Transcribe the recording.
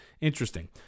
Interesting